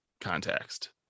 context